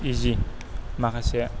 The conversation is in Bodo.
इजि माखासे